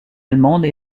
allemande